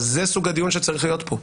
אז זה סוג הדיון שצריך להיות פה.